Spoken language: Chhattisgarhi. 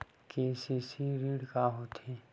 के.सी.सी ऋण का होथे?